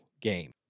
game